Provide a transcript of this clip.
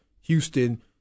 Houston